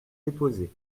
déposé